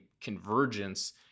convergence